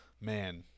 man